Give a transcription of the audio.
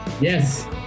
Yes